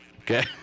Okay